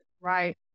right